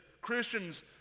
Christians